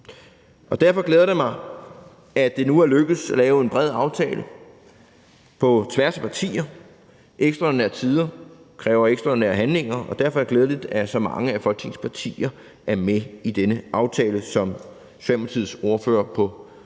Derfor glæder det mig, at det nu er lykkedes at lave en bred aftale på tværs af partier, for ekstraordinære tider kræver ekstraordinære handlinger, og derfor er det glædeligt, at så mange af Folketingets partier er med i denne aftale, som Socialdemokratiets ordfører på meget